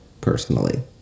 personally